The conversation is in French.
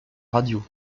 radio